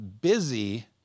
busy